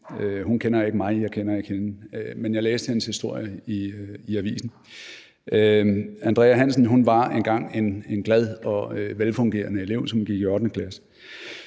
Hun kender ikke mig, og jeg kender ikke hende, men jeg læste hendes historie i avisen. Andrea Hansen var engang en glad og velfungerende elev, som gik i 8. klasse.